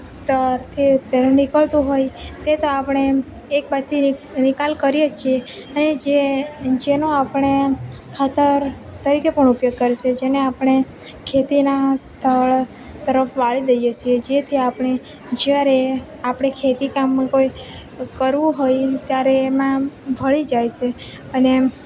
મૂત્ર કે પેલ નીકળતું હોય તે તો આપણે એકબાજુથી નિકાલ કરીએ જ છીએ અને જે જેનો આપણે ખાતર તરીકે પણ ઉપયોગ કરી છીએ જેને આપણે ખેતીના સ્થળ તરફ વાળી દઈએ છીએ જેથી આપણે જ્યારે આપણે ખેતીકામ કોઈ કરવું હોય ત્યારે એમાં ભળી જાય છે અને